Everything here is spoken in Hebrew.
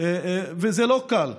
וזה לא קל,